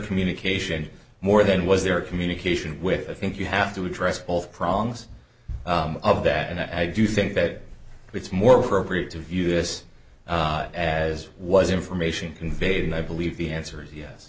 communication more than was their communication with i think you have to address all of prongs of that and i do think that it's more appropriate to view this as was information conveyed and i believe the answer is yes